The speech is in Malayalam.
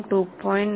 919 ആണ്